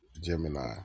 Gemini